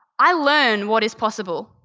i learn what is possible.